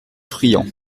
friant